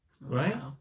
Right